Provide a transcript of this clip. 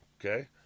Okay